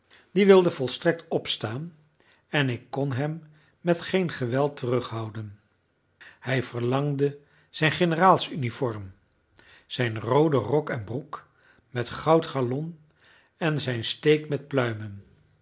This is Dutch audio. die wilde volstrekt opstaan en ik kon hem met geen geweld terughouden hij verlangde zijn generaals uniform zijn rooden rok en broek met goud galon en zijn steek met pluimen